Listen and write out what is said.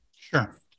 Sure